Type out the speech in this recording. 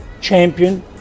champion